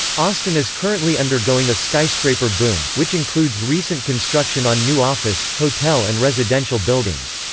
austin is currently undergoing a skyscraper boom, which includes recent construction on new office, hotel and residential buildings.